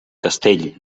castell